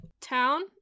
town